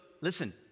listen